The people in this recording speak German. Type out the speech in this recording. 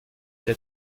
der